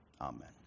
Amen